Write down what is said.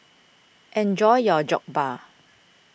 enjoy your Jokbal